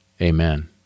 Amen